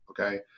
Okay